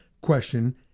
question